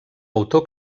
autor